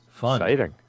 Exciting